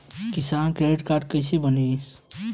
किसान credit card कइसे बानी?